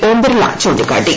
ഓം ബിർള ചൂണ്ടിക്കാട്ടി